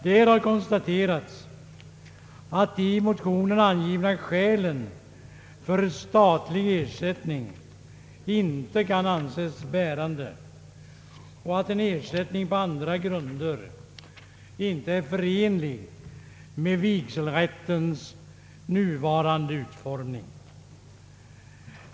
Utskottet konstaterar att de i motionen angivna skälen för statlig ersättning inte kan anses bärande och att en ersättning på andra grunder inte är förenlig med vigselrättens nuvarande utformning.